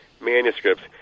manuscripts